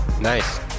Nice